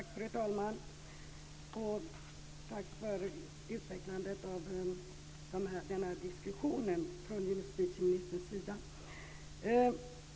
Fru talman! Tack för detta utvecklande av diskussionen från justitieministerns sida!